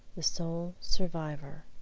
the sole survivor